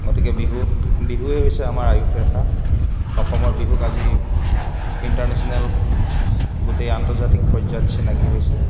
গতিকে বিহু বিহুৱেই হৈছে আমাৰ আয়ুসৰেখা অসমৰ বিহুক আজি ইণ্টাৰনেচনেল গোটেই আন্তৰ্জাতিক পৰ্য্য়ায়ত চিনাকি হৈছে